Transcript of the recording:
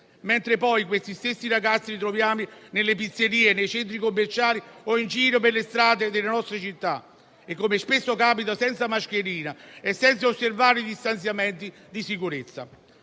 Questi stessi ragazzi li troviamo poi nelle pizzerie, nei centri commerciali o in giro per le strade delle nostre città e, come spesso capita, senza mascherina e senza osservare i distanziamenti di sicurezza.